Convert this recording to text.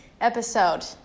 episode